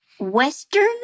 Western